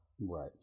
right